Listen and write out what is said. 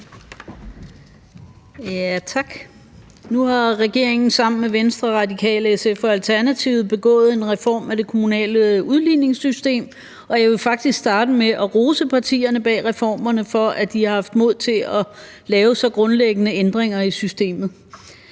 Nu har regeringen sammen med Venstre, Radikale, SF og Alternativet begået en reform af det kommunale udligningssystem, og jeg vil faktisk starte med at rose partierne bag reformerne for, at de har haft mod til at lave så grundlæggende ændringer i systemet.